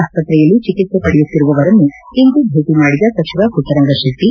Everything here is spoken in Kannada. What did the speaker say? ಆಸ್ವತ್ರೆಯಲ್ಲಿ ಚಿಕಿತ್ಸೆ ಪಡೆಯುತ್ತಿರುವವರನ್ನು ಇಂದು ಭೇಟಿ ಮಾಡಿದ ಸಚಿವ ಮಟ್ಟರಂಗಶೆಟ್ಟಿ